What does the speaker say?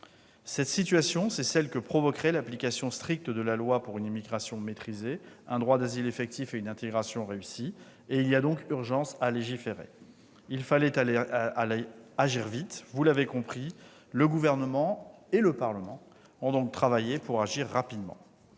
Cette situation, c'est celle que provoquerait l'application stricte de la loi pour une immigration maîtrisée, un droit d'asile effectif et une intégration réussie. Il y a donc urgence à légiférer. Il fallait agir vite, vous l'avez compris. Le Gouvernement et le Parlement ont donc travaillé pour agir en ce sens.